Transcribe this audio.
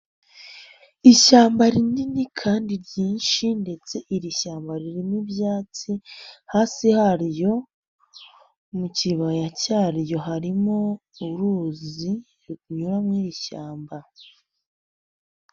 Ishyamba rinini kandi ryinshi ndetse iri shyamba ririmo ibyatsi, hasi haryo mu kibaya cyaryo harimo uruzi runyura mu iri ishyamba.